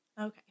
Okay